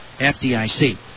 FDIC